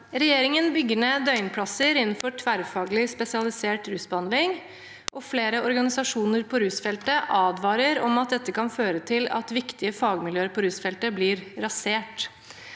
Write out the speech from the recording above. «Regjeringen bygger ned døgnplasser innenfor tverrfaglig spesialisert rusbehandling, og flere organisasjoner på rusfeltet advarer om at dette kan føre til at viktige fagmiljø på rusfeltet blir rasert.